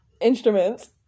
Instruments